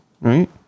Right